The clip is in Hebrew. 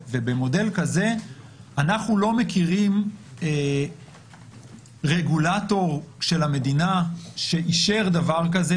ובמודל כזה אנחנו לא מכירים רגולטור של המדינה שאישר דבר כזה,